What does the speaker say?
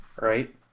Right